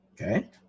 Okay